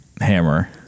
hammer